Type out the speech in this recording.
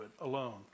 alone